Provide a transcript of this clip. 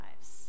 lives